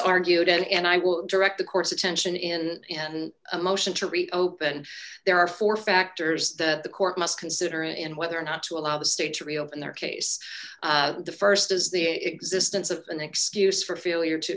argued and i will direct the court's attention in and a motion to reopen there are four factors that the court must consider and whether or not to allow the state to reopen their case the st is the existence of an excuse for failure to